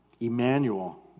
Emmanuel